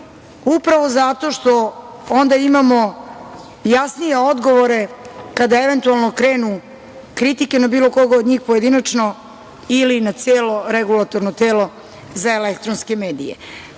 upravo zato što imamo jasnije odgovore kada eventualno krenu kritike na bilo koga od njih pojedinačno ili na celo Regulatorno telo za elektronske medije. Istina